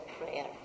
prayer